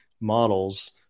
models